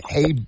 Hey